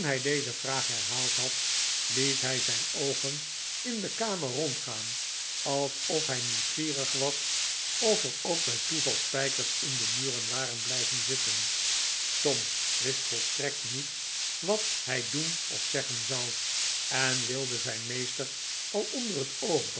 deze vraag herhaald had liet hij zijn oogen in de kamer rondgaan alsof hij nieuwsgierig was of er ook bij toeval spijkers in de muren waren blijven zitten tom wist volstrekt niet wat hij doen of zeggen zou en wilde zijn meester al onder het oog